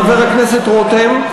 חבר הכנסת רותם,